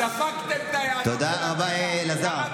דפקתם את היהדות, זרקתם, תודה רבה, אלעזר.